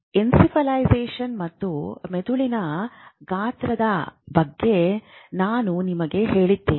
encephalisation ಮತ್ತು ಮೆದುಳಿನ ಗಾತ್ರದ ಬಗ್ಗೆ ನಾನು ನಿಮಗೆ ಹೇಳಿದ್ದೇನೆ